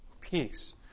peace